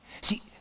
See